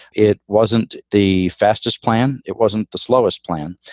it wasn't the fastest plan. it wasn't the slowest plan.